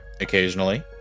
Occasionally